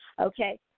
Okay